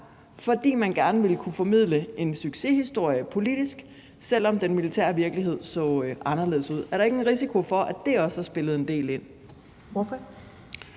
fordi man gerne ville kunne formidle en succeshistorie politisk, selv om den militære virkelighed så anderledes ud? Er der ikke en risiko for, at det også har spillet en del ind? Kl.